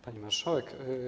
Pani Marszałek!